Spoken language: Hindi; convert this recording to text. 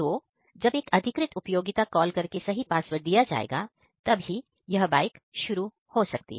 तो जब एक अधिकृत उपयोगिता कॉल करके सही पासवर्ड देगा तब ही यह बाइक शुरू हो सकती है